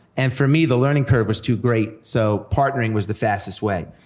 and for me, the learning curve was too great, so partnering was the fastest way.